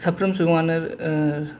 साफ्रोम सुबुङानो ओ